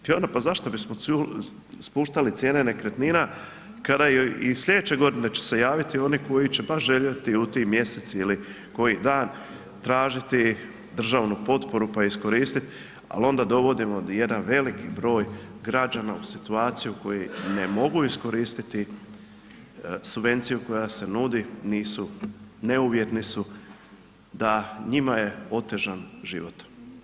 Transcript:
Pa ono zašto bismo spuštali cijene nekretnina kada i sljedeće godine će se javiti oni koji će baš željeti u tim mjesec ili koji dan tražiti državnu potporu pa iskoristiti, ali onda dovodimo jedan velik broj građana u situaciju u kojoj ne mogu iskoristiti subvenciju koja se nudi, nisu neuvjetni su da njima je otežan život.